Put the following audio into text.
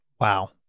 Wow